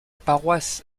paroisse